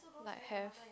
like have